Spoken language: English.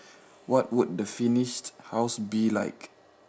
what would the finished house be like